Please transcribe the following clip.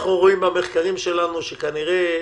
מהמחקרים שלנו שכנראה